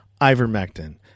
ivermectin